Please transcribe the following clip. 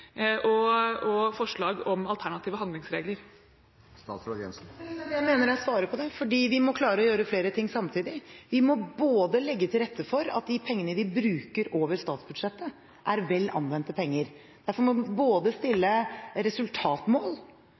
og forslag om alternative handlingsregler. Jeg mener jeg svarer på det. Vi må klare å gjøre flere ting samtidig. Vi må legge til rette for at de pengene vi bruker over statsbudsjettet, er vel anvendte penger. Derfor må vi stille resultatmål,